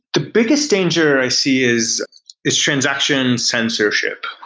the biggest danger i see is is transaction sensorship.